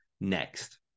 next